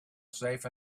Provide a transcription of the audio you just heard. safe